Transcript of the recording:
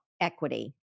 equity